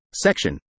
Section